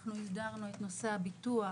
אנחנו הסדרנו את נושא הביטוח